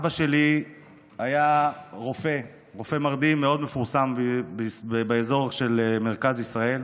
אבא שלי היה רופא מרדים מאוד מפורסם באזור של מרכז ישראל,